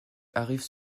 arrivent